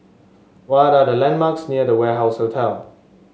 what are the landmarks near The Warehouse Hotel